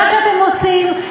מה שאתם עושים,